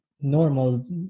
normal